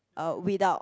um without